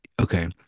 okay